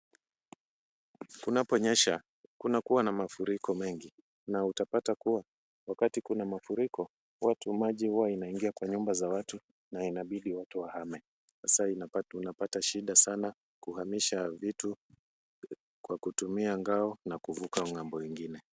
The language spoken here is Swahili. Kunaponyesha, kunakuwa na mafuriko mengi na utapata kuwa wakati kuna mafuriko, watu maji huwa inaingia kwa nyumba za watu na inabidi watu wahame. Sa unapata shida sana kuhamisha vitu kwa kutumia ngao na kuvuka ng'ambo ingine.